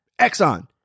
Exxon